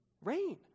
Rain